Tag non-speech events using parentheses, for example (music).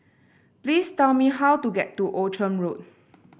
please tell me how to get to Outram Road (noise)